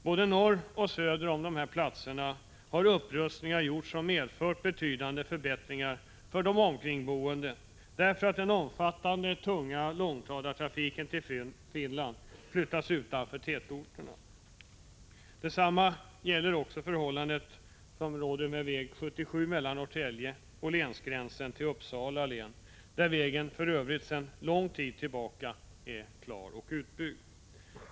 Både norr och söder om dessa platser har det gjorts upprustningar som medfört betydande förbättringar för de omkringboende genom att den omfattande tunga långtradartrafiken till Finland flyttats utanför tätorterna. Detsamma gäller väg 77 mellan Norrtälje och gränsen till Uppsala län, där vägen för övrigt sedan lång tid tillbaka är utbyggd och klar.